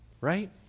right